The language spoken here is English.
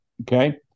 okay